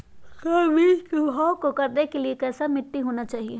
का बीज को भाव करने के लिए कैसा मिट्टी होना चाहिए?